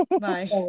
Bye